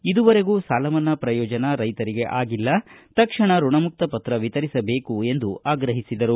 ಇದುವರೆಗೂ ಸಾಲಮನ್ನಾ ಪ್ರಯೋಜನ ರೈತರಿಗೆ ಆಗಿಲ್ಲ ತಕ್ಷಣ ಋಣಮುಕ್ತ ಪತ್ರ ವಿತರಿಸಬೇಕು ಎಂದು ಆಗ್ರಹಿಸಿದರು